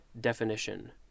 definition